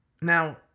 Now